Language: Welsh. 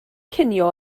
cinio